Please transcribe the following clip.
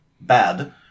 bad